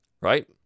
right